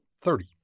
Thirty